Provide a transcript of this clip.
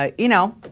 ah you know